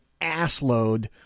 assload